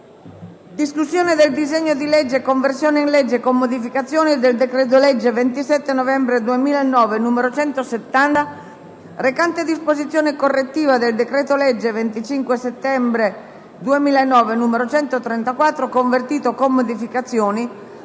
colleghi, il disegno di legge n. 1929, di conversione in legge, con modificazioni, del decreto-legge 27 novembre 2009, n. 170, recante disposizione correttiva del decreto-legge 25 settembre 2009, n. 134, convertito, con modificazioni,